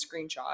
screenshot